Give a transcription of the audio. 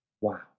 Wow